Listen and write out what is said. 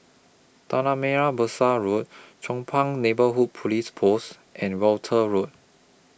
Tanah Merah Besar Road Chong Pang Neighbourhood Police Post and Walton Road